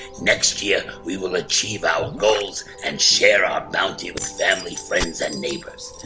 next year, we will achieve our goals and share our bounty with family, friends, and neighbors.